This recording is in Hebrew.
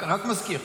רק מזכיר.